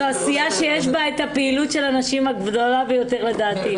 זו הסיעה שיש בה את הפעילות של הנשים הגדולה ביותר לדעתי.